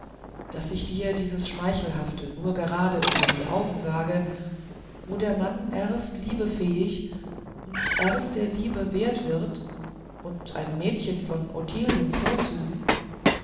daß ich dir dieses schmeichelhafte nur gerade unter die augen sage wo der mann erst liebefähig und erst der liebe wert wird und ein mädchen von ottiliens